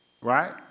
Right